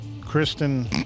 Kristen